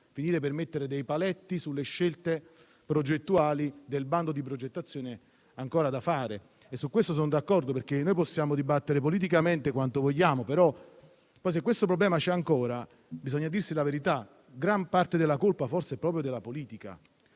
potevano mettere dei paletti alle scelte del bando di progettazione ancora da fare. Su questo sono d'accordo, perché noi possiamo dibattere politicamente quanto vogliamo, però se questo problema c'è ancora bisogna dirsi la verità: gran parte della colpa forse è proprio della politica.